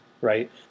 Right